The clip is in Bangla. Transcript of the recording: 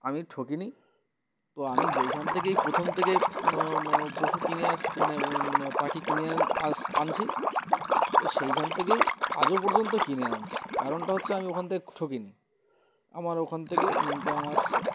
আমি ঠকিনি তো আমি যেইখান থেকেই প্রথম থেকেই পশু কিনে আসি মানে পাখি কিনে আস আনছি তো সেইখান থেকেই আজও পর্যন্ত কিনে আনছি কারণটা হচ্ছে আমি ওখান থেকে ঠকিনি আমার ওখান থেকে ইনকাম আসছে